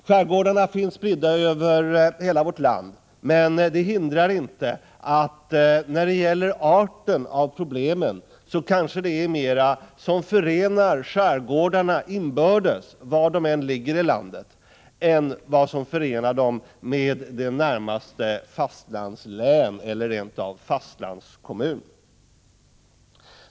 Skärgårdarna finns spridda över hela vårt land, men när det gäller arten av problemen kanske det är mer som förenar skärgårdarna inbördes — var de än ligger i landet — än som förenar dem med närmaste fastlandslän eller rent av fastlandskommun.